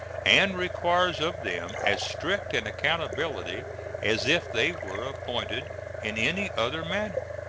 and requires of them as strict an accountability as if they were appointed in any other manner.